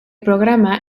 programa